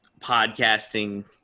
podcasting